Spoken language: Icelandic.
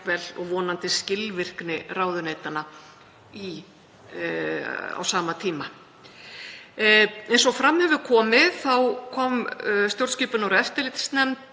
og vonandi, skilvirkni ráðuneytanna á sama tíma. Eins og fram hefur komið kom hv. stjórnskipunar- og eftirlitsnefnd